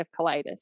colitis